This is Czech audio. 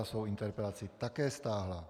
Svou interpelaci také stáhla.